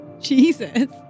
Jesus